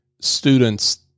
students